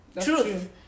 truth